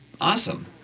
Awesome